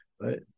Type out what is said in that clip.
right